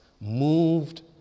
moved